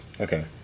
okay